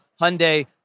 Hyundai